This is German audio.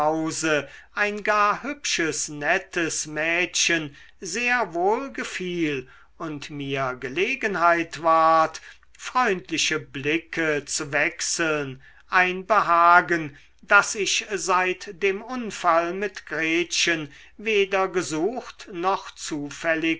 ein gar hübsches nettes mädchen sehr wohl gefiel und mir gelegenheit ward freundliche blicke zu wechseln ein behagen das ich seit dem unfall mit gretchen weder gesucht noch zufällig